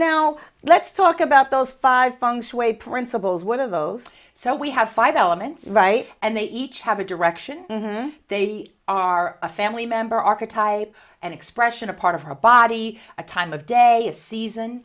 now let's talk about those five funks way principles one of those so we have five elements right and they each have a direction they are a family member archetype an expression a part of her body a time of day a season